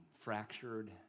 fractured